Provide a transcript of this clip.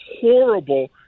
horrible